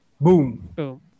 Boom